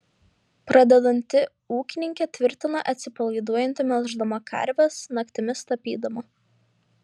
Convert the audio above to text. pradedanti ūkininkė tvirtina atsipalaiduojanti melždama karves naktimis tapydama